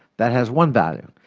that has one value.